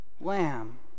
lamb